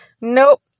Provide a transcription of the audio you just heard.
Nope